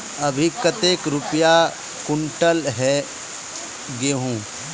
अभी कते रुपया कुंटल है गहुम?